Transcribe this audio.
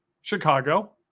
chicago